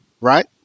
right